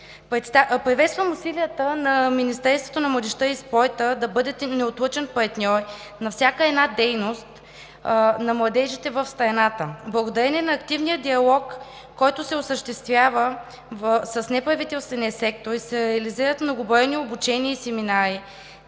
Приветствам усилията на Министерството на младежта и спорта да бъдете неотлъчен партньор на всяка една дейност на младежите в страната. Благодарение на активния диалог, който се осъществява с неправителствения сектор и се реализират многобройни обучения и семинари,